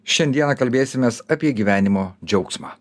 šiandieną kalbėsimės apie gyvenimo džiaugsmą